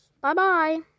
bye-bye